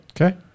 okay